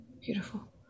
Beautiful